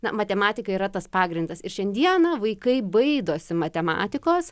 na matematika yra tas pagrindas ir šiandieną vaikai baidosi matematikos